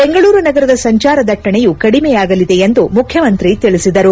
ಬೆಂಗಳೂರು ನಗರದ ಸಂಚಾರ ದಟ್ಟಣೆಯು ಕಡಿಮೆಯಾಗಲಿದೆ ಎಂದು ಮುಖ್ಯಮಂತ್ರಿ ತಿಳಿಸಿದರು